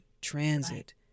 transit